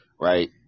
right